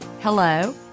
hello